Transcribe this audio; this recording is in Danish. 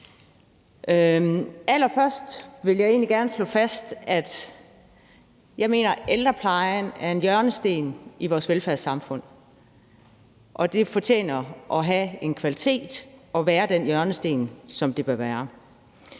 Allerførst vil jeg egentlig gerne slå fast, at jeg mener, at ældreplejen er en hjørnesten i vores velfærdssamfund, og den fortjener at have en kvalitet og være den hjørnesten, som den bør være.